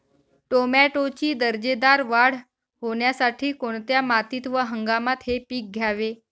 टोमॅटोची दर्जेदार वाढ होण्यासाठी कोणत्या मातीत व हंगामात हे पीक घ्यावे?